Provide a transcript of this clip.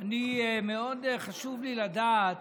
מאוד חשוב לי לדעת